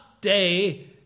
day